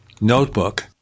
notebook